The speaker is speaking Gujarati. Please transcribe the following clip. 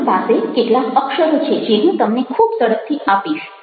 આપણી પાસે કેટલાક અક્ષરો છે જે હું તમને ખૂબ ઝડપથી આપીશ